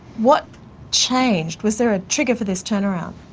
what changed? was there a trigger for this turnaround?